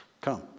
come